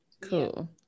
Cool